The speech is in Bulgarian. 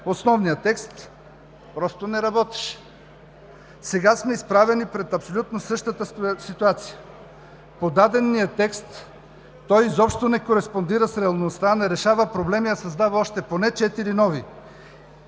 основният текст просто не работеше. Сега сме изправени пред абсолютно същата ситуация – подаден ни е текст, той изобщо не кореспондира с реалността, не решава проблеми, а създава още поне четири нови